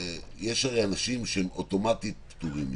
יש הרי אנשים שאוטומטית הם פטורים מזה,